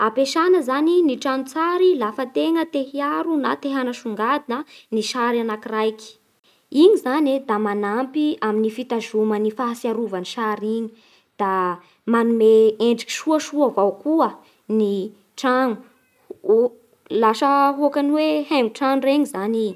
Ampiesana zany ny tranon-tsary lafa tegna te hiaro na te hanasongadina ny sary anakiraiky. Igny zany da manampy ny fitazoma ny fahatsiarovan'ny sary iny da manome endrika soasoa avao koa ny trano lasa hokany hoe hengo-trano regny zany i.